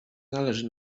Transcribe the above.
należy